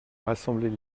rassembler